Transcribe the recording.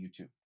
YouTube